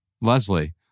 Leslie